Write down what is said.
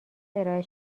ارائه